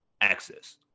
access